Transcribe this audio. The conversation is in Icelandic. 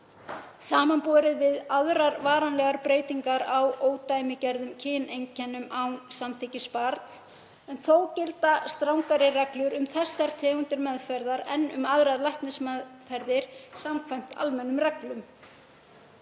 samanborið við aðrar varanlegar breytingar á ódæmigerðum kyneinkennum án samþykkis barns, en þó gilda strangari reglur um þessar tegundir meðferðar en um aðra læknismeðferð samkvæmt almennum reglum.